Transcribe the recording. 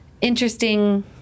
interesting